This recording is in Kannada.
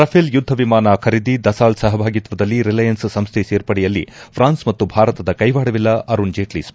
ರಫೆಲ್ ಯುದ್ದ ವಿಮಾನ ಖರೀದಿ ದಸಾಲ್ಡ್ ಸಹಭಾಗಿತ್ವದಲ್ಲಿ ರಿಲೆಯನ್ಸ್ ಸಂಸ್ಜೆ ಸೇರ್ಪಡೆಯಲ್ಲಿ ಪ್ರಾನ್ಸ್ ಮತ್ತು ಭಾರತದ ಕ್ಲೆವಾಡವಿಲ್ಲ ಅರುಣ್ ಜೇಟ್ಲ ಸ್ವಪ್ನೆ